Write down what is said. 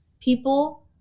people